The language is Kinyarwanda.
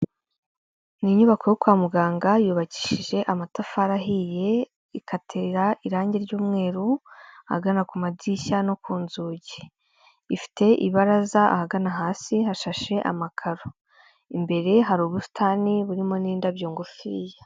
Ni inyubako yo kwa muganga yubakishije amatafari ahiye, igatera irange ry'umweru ahagana ku madirishya no ku nzugi, ifite ibaraza ahagana hasi hashashe amakaro, imbere hari ubusitani burimo n'indabyo ngufiya.